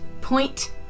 point